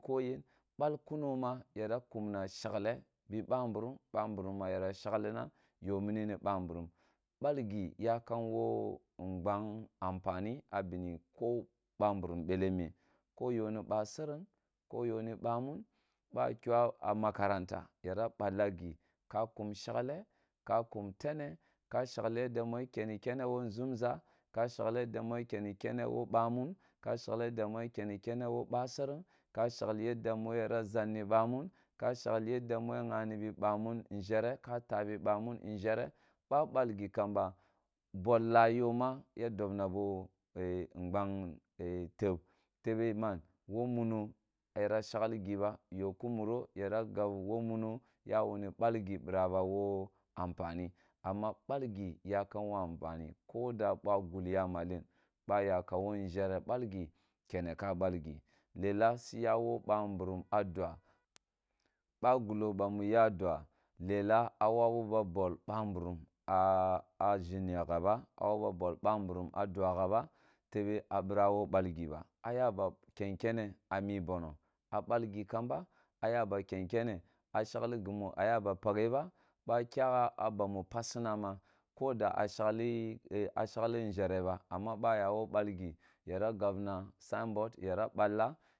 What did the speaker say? Koyne balkuno ma yara kumna shalgle bo bamburum, bamburum ma yara shaglina yo me ni ni bamburumam balgi yakam wo ngbang anfani a bini ko bamburum bele me koyo ni basserng lp nyo ni bamin ba kyo a makaranta yara ballgi ka mkum shale ka kum tere ka shaghi yadda mu yakenni kene wo nʒumzə yadda mu ya kenni kene wo nʒumʒa ka. Shigli yadda mu ya kenni kene wo bamum ka shaglu yadda mu ya kenni kene wo ba sereng ka dhaɣi yadda mu yara ʒanni bamun ka shagli yadda mu yrghani bi bamun nʒhre ba bal gi kamba bol lah go mo ya bdobna bo e nghan e teb tebe man wo muno yara shagli gi ba yu ku muro yara gab wp muno ya wuni balgi bira ba wo anfani amma balgi wakum wo andani koda bia ful ya malen ba yakam wo nʒhere bal gi kene ka balgi wa sit wo bamburum a ba gullo bamu ya dua lela a wabu ab bwol bamburum ʒhere ghanab wabuba bwol bamburum a a fu mghaba tebe a birawo bal giba a yaba kenkene a mi bono a balgi kamba aya ba ken kene a shagli girma a yaba pakha ba ba kyagha a bamu pasunama koda a shagli e shagli nʒhere ba amma ba yawo balgi yara gabna sain mod yara balla.